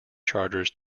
charters